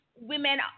women